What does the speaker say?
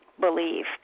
believe